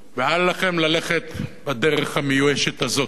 ואל לכם ללכת בדרך המיואשת הזאת.